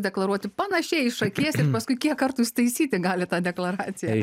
deklaruoti panašiai iš akies ir paskui kiek kartų jis taisyti gali tą deklaraciją